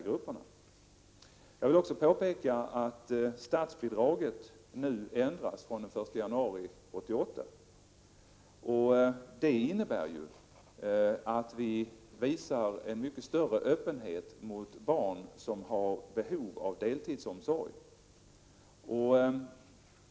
Vidare vill jag påpeka att statsbidragssystemet ändras den 1 januari 1988. Det innebär ju att vi visar en mycket större öppenhet mot barn som har behov av deltidsomsorg.